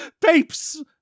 Papes